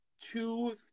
two